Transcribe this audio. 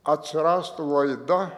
atsirastų laida